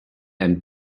and